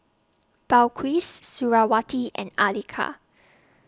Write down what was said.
Balqis Suriawati and Andika